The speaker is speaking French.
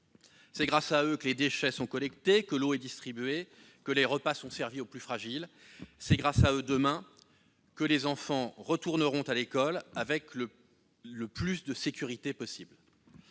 C'est grâce à eux que les déchets sont collectés, que l'eau est distribuée, que les repas sont servis aux plus fragiles. C'est aussi grâce à eux que, demain, les enfants retourneront à l'école avec le plus de sécurité possible.